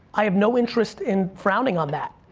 i have no interest in frowning on that.